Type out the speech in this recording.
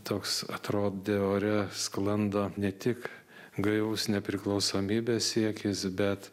toks atrodė ore sklando ne tik gaivus nepriklausomybės siekis bet